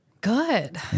Good